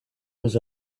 was